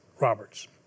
Roberts